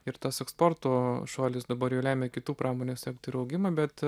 ir tas eksporto šuolis dabar jau lemia kitų pramonės sektorių augimą bet